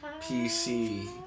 PC